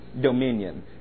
dominion